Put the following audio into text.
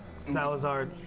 Salazar